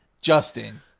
Justin